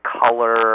color